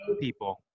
people